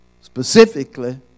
specifically